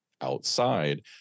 outside